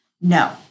No